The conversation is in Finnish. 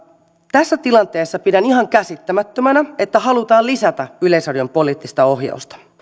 tässä tilanteessa pidän ihan käsittämättömänä että halutaan lisätä yleisradion poliittista ohjausta